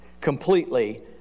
completely